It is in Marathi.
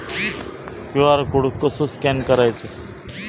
क्यू.आर कोड कसो स्कॅन करायचो?